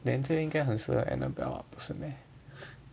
then 就应该很适合 Annabelle 不是 meh